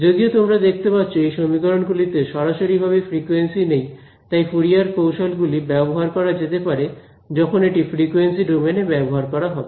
যদিও তোমরা দেখতে পাচ্ছ এই সমীকরণ গুলিতে সরাসরিভাবে ফ্রিকোয়েন্সি নেই তাই ফুরিয়ার কৌশল গুলি ব্যবহার করা যেতে পারে যখন এটি ফ্রিকুয়েন্সি ডোমেন এ ব্যবহার করা হবে